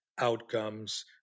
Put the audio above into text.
outcomes